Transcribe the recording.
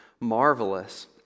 marvelous